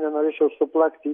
nenorėčiau suplakti